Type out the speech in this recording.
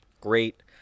great